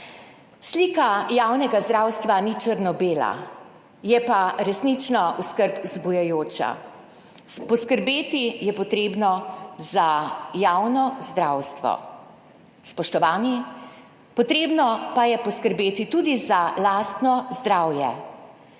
Slika javnega zdravstva ni črno-bela, je pa resnično skrb vzbujajoča. Poskrbeti je treba za javno zdravstvo, spoštovani, treba pa je poskrbeti tudi za lastno zdravje.